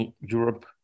Europe